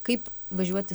kaip važiuotis